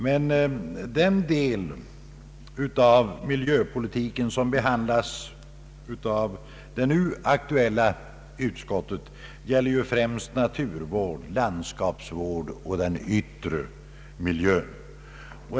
Men den del av miljöpolitiken som behandlas av det nu aktuella utskottet gäller främst naturvård, landskapsvård och den yttre miljön.